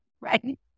Right